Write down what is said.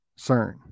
CERN